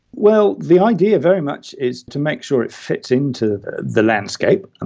well, the idea very much is to make sure it fits into the landscape. and